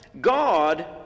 God